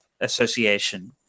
association